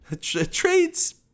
Trades